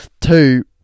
Two